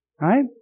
Right